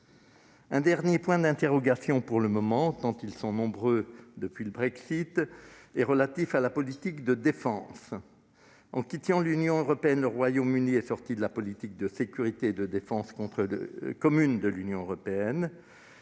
un dernier point d'interrogation, tant les questions sont nombreuses depuis le Brexit, relatif à la politique de défense. En quittant l'Union européenne, le Royaume-Uni est sorti de la politique de sécurité et de défense commune et l'accord de commerce